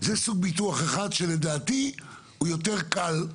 זה סוג אחד של ביטוח, שלדעתי הוא יותר קל.